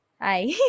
hi